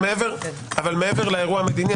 אבל מעבר לאירוע המדיני,